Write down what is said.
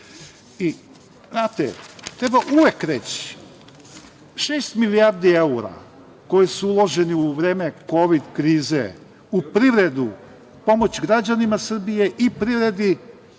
treba. Znate, treba uvek reći, šest milijardi evra koje su uloženi u vreme Kovid krize u privredu, pomoć građanima Srbije i privredi